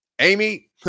Amy